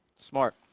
Smart